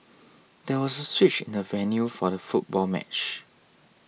there was a switch in the venue for the football match